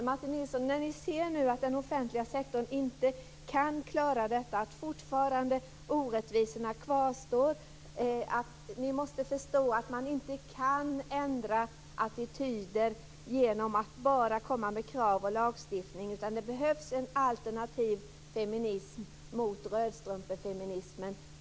Herr talman! Martin Nilsson! När ni nu ser att den offentliga sektorn inte kan klara detta och att orättvisorna fortfarande kvarstår måste ni förstå att man inte kan ändra attityder genom att enbart komma med krav och lagstiftning. Det behövs en alternativ feminism mot rödstrumpefeminismen.